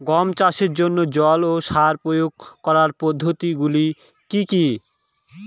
গম চাষের জন্যে জল ও সার প্রয়োগ করার পদ্ধতি গুলো কি কী?